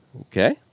Okay